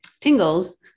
tingles